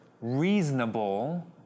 reasonable